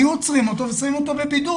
הרי היו עוצרים אותו ושמים אותו בבידוד,